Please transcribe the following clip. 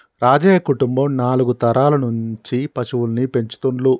రాజయ్య కుటుంబం నాలుగు తరాల నుంచి పశువుల్ని పెంచుతుండ్లు